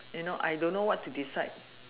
you know I don't know what to decide